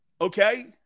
Okay